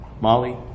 Molly